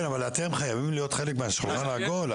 כן, אבל אתם חייבים להיות חלק מהשולחן העגול.